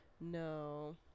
No